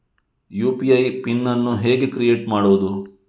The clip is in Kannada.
ಯು.ಪಿ.ಐ ಪಿನ್ ಅನ್ನು ಹೇಗೆ ಕ್ರಿಯೇಟ್ ಮಾಡುದು?